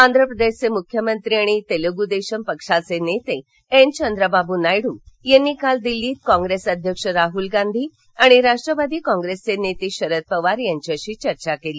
आंध्रप्रदेशाचे मुख्यमंत्री आणि तेलगूदेसम पक्षाचे नेते एन चंद्राबाबू नायडू यांनी काल दिल्लीत कॉंग्रेस अध्यक्ष राहूल गांधी आणि राष्ट्रवादी कॉप्रेसचे नेते शरद पवार यांच्याशी चर्चा केली